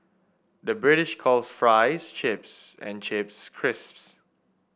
the British calls fries chips and chips crisps